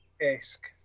esque